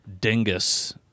dingus